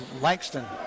Langston